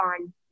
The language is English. on